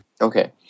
Okay